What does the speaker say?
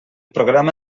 programa